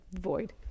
void